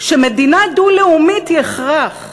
שמדינה דו-לאומית היא הכרח,